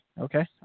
okay